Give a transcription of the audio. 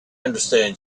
understand